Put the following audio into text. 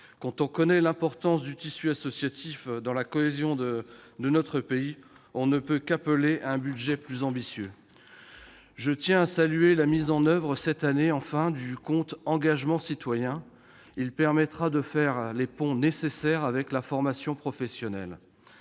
Quand on connaît l'importance du tissu associatif pour la cohésion de notre pays, on ne peut qu'en appeler à un budget plus ambitieux. Je tiens à saluer la mise en oeuvre cette année- enfin ! -du compte d'engagement citoyen, qui permettra de faire le pont nécessaire avec la formation professionnelle.